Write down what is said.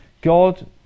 god